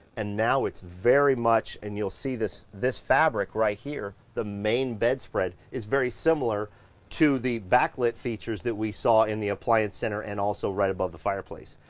and now it's very much, and you'll see this, this fabric right here, the main bedspread is very similar to the backlit features that we saw in the appliance center and also right above the fireplace.